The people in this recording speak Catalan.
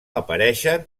apareixen